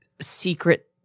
secret –